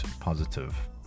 positive